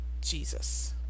Jesus